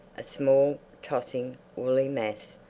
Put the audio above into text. a small, tossing, woolly mass,